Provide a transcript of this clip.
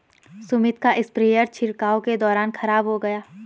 सुमित का स्प्रेयर छिड़काव के दौरान खराब हो गया